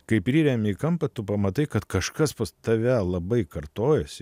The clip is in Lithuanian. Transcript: kai priremi į kampą tu pamatai kad kažkas pas tave labai kartojasi